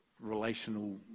relational